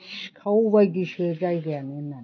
सिखावबायदिसो जायगायानो होननानै